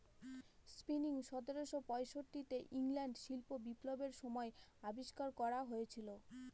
spinning সতেরোশো পয়ষট্টি তে ইংল্যান্ডে শিল্প বিপ্লবের সময় আবিষ্কার করা হয়েছিল